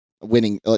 winning